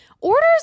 Orders